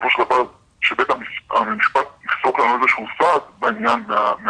שבסופו של דבר בית המשפט יפסוק לנו איזה שהוא סעד בעניין מהמורשעות,